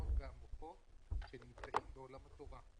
הכוחות והמוחות שנמצאים בעולם התורה.